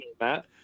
Matt